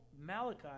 Malachi